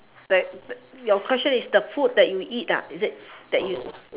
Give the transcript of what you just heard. your question is the food that you eat is it